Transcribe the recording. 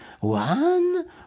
one